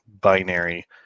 binary